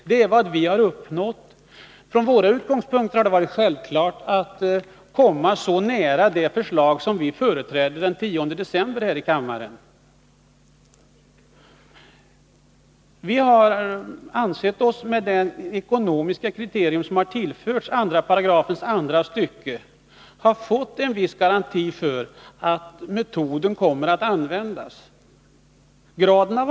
Det är vad vi har uppnått. Från våra utgångspunkter har det varit självklart att komma så nära det förslag, som vi talade för här i kammaren den 10 december förra året, som möjligt. Vi har ansett oss — med det ekonomiska kriterium som tillförts 2 § andra stycket i det förslag, varom partierna nu är överens, ha fått en garanti för att metoden kommer att användas.